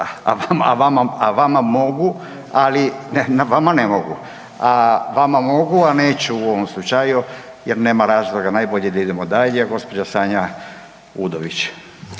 a vama mogu, ali vama ne mogu. Vama mogu, ali neću u ovom slučaju jer nema razloga. Najbolje da idemo dalje. Gospođa Sanja Udović.